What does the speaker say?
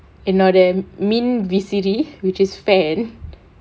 என்னோட மின் விசிறி:ennoda min visiri which is fan